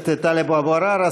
הכנסת טלב אבו עראר.